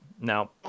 Now